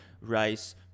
rice